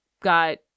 got